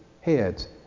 heads